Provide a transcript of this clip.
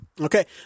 Okay